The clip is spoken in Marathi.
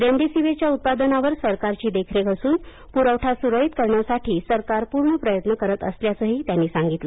रेमडीसिविरच्या उत्पादनावर सरकारची देखरेख असून पुरवठा सुरळीत करण्यासाठी सरकार पूर्ण प्रयत्न करत असल्याचंही त्यांनी सांगितलं